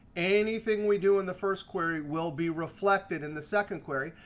anything we do in the first query will be reflected in the second query.